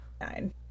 nine